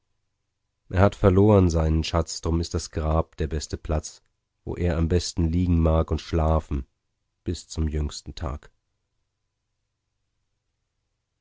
er hat verloren seinen schatz drum ist das grab der beste platz wo er am besten liegen mag und schlafen bis zum jüngsten tag